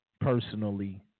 personally